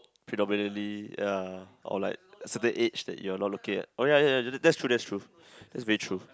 phenomenally ya or like certain age that you all looking at okay okay ya ya that's true that's true that's be true